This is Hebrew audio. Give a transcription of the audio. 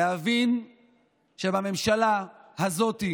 להבין שבממשלה הזאת,